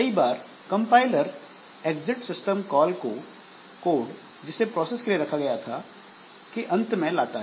कई बार compiler exit system call को कोड जिसे प्रोसेस के लिए लिखा गया था के अंत में लाता है